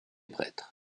prêtre